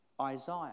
Isaiah